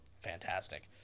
Fantastic